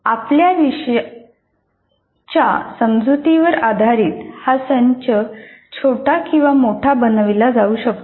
आपल्या विषयाच्या समजुतीवर आधारित हा संच छोटा किंवा मोठा बनविला जाऊ शकतो